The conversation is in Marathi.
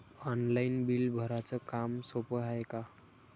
ऑनलाईन बिल भराच काम सोपं हाय का?